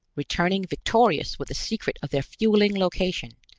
returning victorious with the secret of their fueling location,